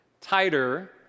tighter